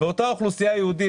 ואותה אוכלוסייה יהודית,